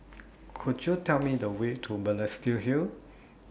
Could YOU Tell Me The Way to Balestier Hill